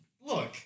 look